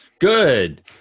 Good